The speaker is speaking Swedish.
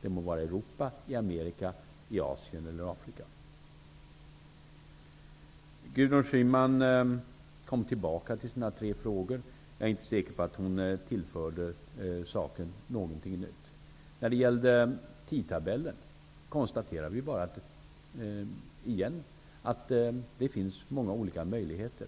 Det må vara i Europa, Amerika, Asien eller Gudrun Schyman kom tillbaka till sina tre frågor. Jag är inte säker på att hon tillförde saken någonting nytt. När det gäller tidtabellen konstaterar vi igen att det finns många olika möjligheter.